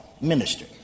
minister